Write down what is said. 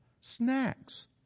snacks